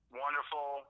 wonderful